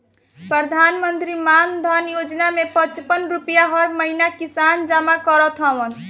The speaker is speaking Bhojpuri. प्रधानमंत्री मानधन योजना में पचपन रुपिया हर महिना किसान जमा करत हवन